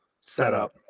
setup